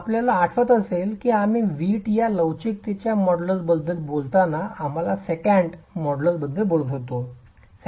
आपल्याला आठवत असेल की आम्ही वीट च्या लवचिकतेच्या मॉड्यूलसबद्दल बोलत असताना आम्ही सेकंट मॉड्यूलसबद्दल बोलत होतो